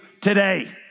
today